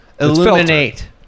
illuminate